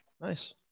Nice